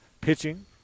pitching